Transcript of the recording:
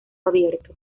abierto